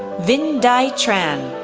vinh dai tran,